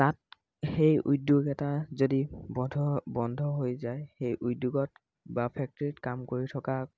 তাত সেই উদ্যোগ এটা যদি বন্ধ বন্ধ হৈ যায় সেই উদ্যোগত বা ফেক্ট্ৰিত কাম কৰি থকা